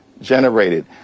generated